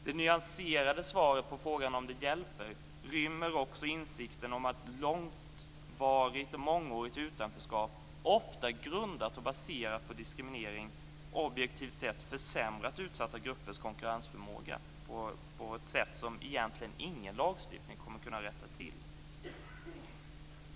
Det nyanserade svaret på frågan om det hjälper rymmer också insikten om att långvarigt och mångårigt utanförskap, ofta grundat och baserat på diskriminering, objektivt sett försämrat utsatta gruppers konkurrensförmåga på ett sätt som egentligen ingen lagstiftning kommer att kunna rätta till.